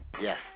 Yes